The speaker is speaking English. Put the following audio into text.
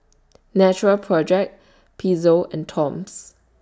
Natural Project Pezzo and Toms